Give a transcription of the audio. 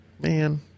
Man